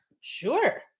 Sure